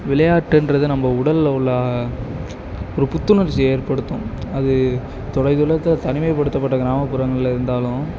விளையாட்டுன்றது நம்ம உடல்ல உள்ள ஒரு புத்துணர்ச்சியை ஏற்படுத்தும் அது தொலைதூரத்தில் தனிமைப்படுத்தப்பட்ட கிராமப்புறங்கள்ல இருந்தாலும்